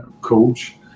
coach